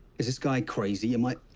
is this guy crazy? am i